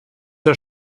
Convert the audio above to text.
der